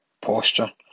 posture